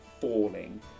falling